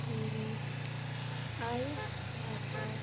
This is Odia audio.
ହୁଁ ହୁଁ ଆଉ ଆଛା ଆଛା